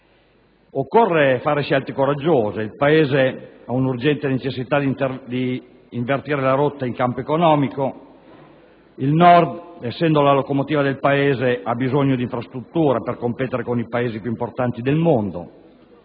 Occorre fare scelte coraggiose. Il Paese ha urgente necessità di invertire la rotta in campo economico. Il Nord, essendo la locomotiva del Paese, ha bisogno di infrastrutture per competere con i Paesi più importanti del mondo.